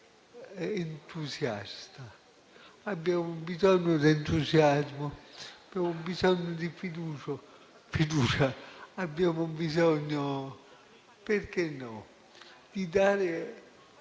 Abbiamo bisogno di entusiasmo, abbiamo bisogno di fiducia, abbiamo bisogno - perché no? - di dare